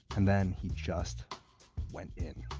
and then he just went in.